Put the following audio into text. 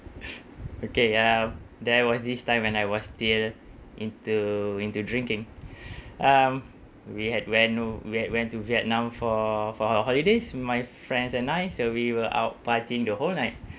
okay um there was this time when I was still into into drinking um we had went we had went to vietnam for for our holidays my friends and I so we were out partying the whole night